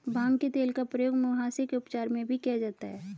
भांग के तेल का प्रयोग मुहासे के उपचार में भी किया जाता है